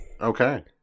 okay